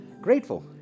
Grateful